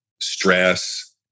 stress